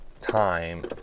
time